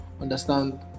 understand